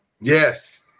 Yes